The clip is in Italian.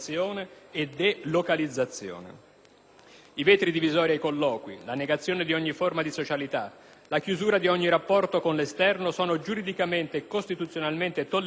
i vetri divisori ai colloqui, la negazione di ogni forma di socialità, la chiusura di ogni rapporto con l'esterno, sono giuridicamente e costituzionalmente tollerabili solo se limitati nel tempo.